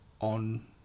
on